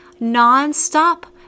nonstop